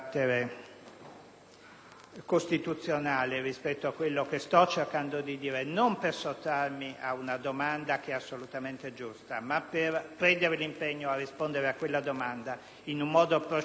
non per sottrarmi ad una domanda assolutamente giusta, ma per prendere l'impegno a rispondere a quella domanda fra un po' di